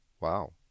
Wow